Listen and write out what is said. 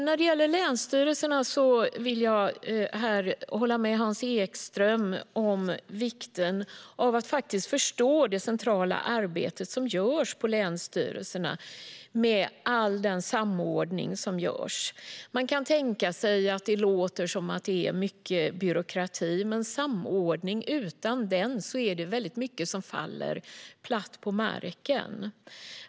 När det gäller länsstyrelserna vill jag hålla med Hans Ekström om vikten av att förstå det centrala arbete som görs på länsstyrelserna när det gäller samordning. Man kan tänka sig att det låter som att det är mycket byråkrati, men utan samordning är det mycket som faller platt till marken.